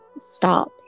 stop